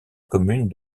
commune